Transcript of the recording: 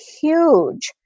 huge